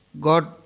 God